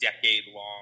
decade-long